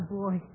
boy